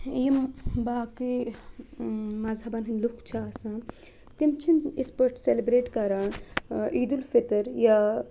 یِم باقٕے مذہَبَن ہٕنٛد لُکھ چھِ آسان تِم چھِنہٕ یِتھ پٲٹھۍ سٮ۪لبرٛیٹ کَران عیٖدالفطر یا